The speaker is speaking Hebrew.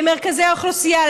למרכזי אוכלוסייה,